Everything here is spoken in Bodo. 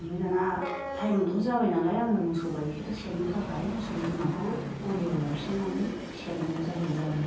ओमफ्राय दाना टाइम थ' जाबाय नालाय आङो मोसौ गायखेर सेरनो थाखाय मोसौ बिमाखौ गलियाव लायफिन्नानै सेरनांगौ जाहैयो आरो